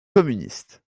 communiste